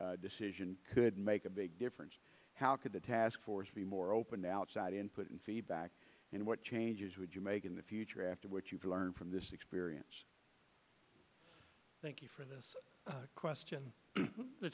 decision could make a big difference how could the task force be more open to outside input and feedback and what changes would you make in the future after what you've learned from this experience thank you for this question the